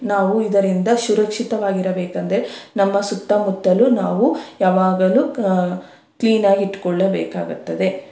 ನಾವು ಇದರಿಂದ ಸುರಕ್ಷಿತವಾಗಿರಬೇಕಂದ್ರೆ ನಮ್ಮ ಸುತ್ತಮುತ್ತಲು ನಾವು ಯಾವಾಗಲೂ ಕ್ಲೀನಾಗಿ ಇಟ್ಕೊಳ್ಳಬೇಕಾಗುತ್ತದೆ